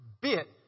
bit